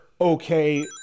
okay